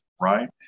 right